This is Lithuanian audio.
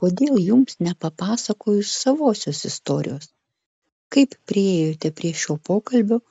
kodėl jums nepapasakojus savosios istorijos kaip priėjote prie šio pokalbio